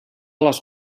les